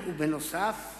בנוסף,